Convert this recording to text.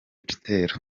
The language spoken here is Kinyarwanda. gitero